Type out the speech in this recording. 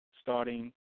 starting